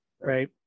right